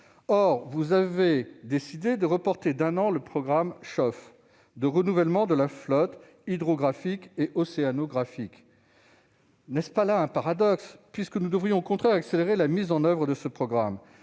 Or vous avez décidé de reporter d'un an le programme CHOF de renouvellement de la flotte hydrographique et océanographique. N'est-ce pas là un paradoxe ? Nous devrions au contraire accélérer la mise en oeuvre de ce programme.